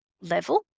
level